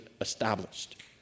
established